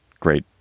great,